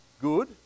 good